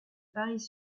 paris